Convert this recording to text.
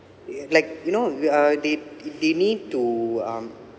like you know uh they they need to um